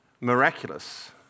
miraculous